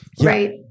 Right